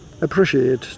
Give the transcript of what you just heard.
appreciate